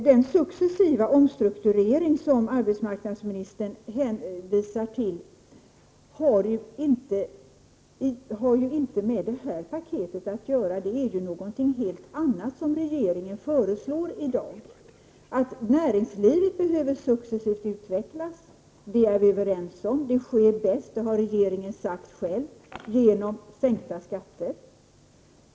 Den successiva omstrukturering som arbetsmarknadsministern hänvisar till har ju inte med det här paketet att göra. Det är ju någonting helt annat som regeringen föreslår i dag. Att näringslivet successivt behöver utvecklas är vi överens om. Det sker bättre — det har regeringen själv sagt — genom sänkta skatter.